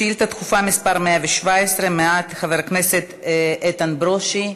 שאילתה דחופה מס' 117 מאת חבר הכנסת איתן ברושי,